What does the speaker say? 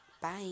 Bye